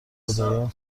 خدایان